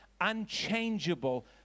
unchangeable